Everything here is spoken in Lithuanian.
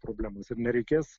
problemas ir nereikės